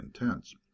intense